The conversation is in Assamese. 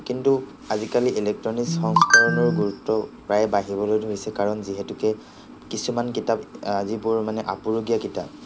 কিন্তু আজিকালি ইলেকট্ৰনিকছ সংস্কৰণৰো গুৰুত্বও প্ৰায়ে বাঢ়িবলৈ ধৰিছে কাৰণ যিহেতুকে কিছুমান কিতাপ যিবোৰ মানে আপুৰুগীয়া কিতাপ